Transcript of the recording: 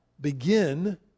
begin